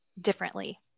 differently